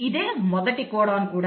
ఇదే మొదటి కోడాన్ కూడా